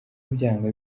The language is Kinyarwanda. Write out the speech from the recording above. byanga